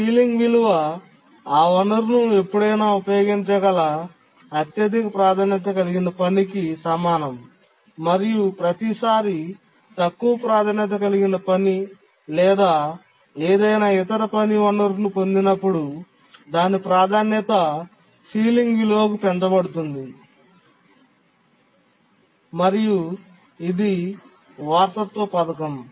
ceiling విలువ ఆ వనరును ఎప్పుడైనా ఉపయోగించగల అత్యధిక ప్రాధాన్యత కలిగిన పనికి సమానం మరియు ప్రతిసారీ తక్కువ ప్రాధాన్యత కలిగిన పని లేదా ఏదైనా ఇతర పని వనరును పొందినప్పుడు దాని ప్రాధాన్యత సీలింగ్ విలువకు పెరుగుతుంది మరియు ఇది వారసత్వ పథకం